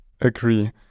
Agree